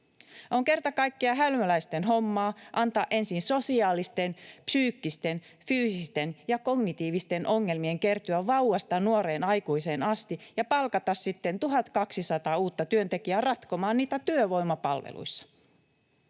On kerta kaikkiaan hölmöläisten hommaa antaa ensin sosiaalisten, psyykkisten, fyysisten ja kognitiivisten ongelmien kertyä vauvasta nuoreen aikuiseen asti ja palkata sitten 1 200 uutta työntekijää ratkomaan niitä työvoimapalveluissa.